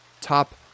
Top